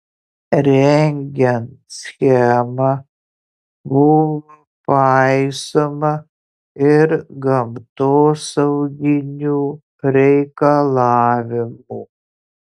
rengiant schemą buvo paisoma ir gamtosauginių reikalavimų